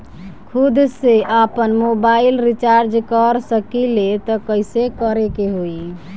खुद से आपनमोबाइल रीचार्ज कर सकिले त कइसे करे के होई?